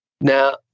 Now